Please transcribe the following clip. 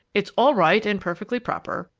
it's all right and perfectly proper!